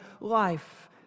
life